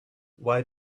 why